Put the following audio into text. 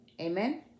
amen